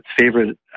favorite